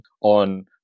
on